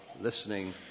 listening